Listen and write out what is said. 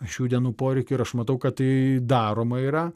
šių dienų poreikių ir aš matau kad tai daroma yra